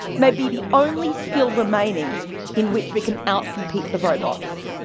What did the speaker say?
may be the only skill remaining in which we can out-compete the robots.